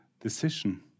decision